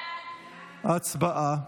הצבעה.